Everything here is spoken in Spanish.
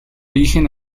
origen